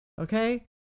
Okay